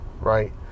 right